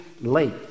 late